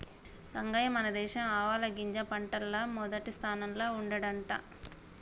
రంగయ్య మన దేశం ఆవాలగింజ పంటల్ల మొదటి స్థానంల ఉండంట